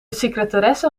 secretaresse